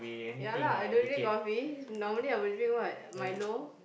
ya lah I don't drink coffee normally I will drink what milo